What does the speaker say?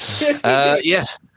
Yes